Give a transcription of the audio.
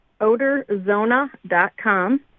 Odorzona.com